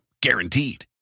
Guaranteed